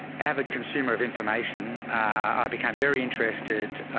avid consumer of information. i became very interested